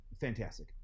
Fantastic